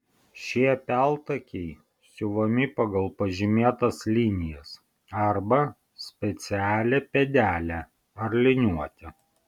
šie peltakiai siuvami pagal pažymėtas linijas arba specialią pėdelę ar liniuotę